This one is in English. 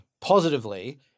positively